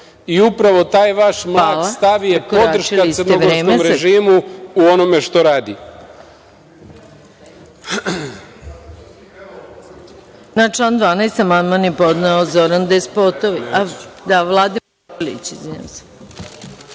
i upravo taj vaš mlak stav je podrška crnogorskom režimu u onome što radi.